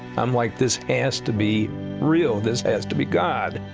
i'm like this has to be real. this has to be god.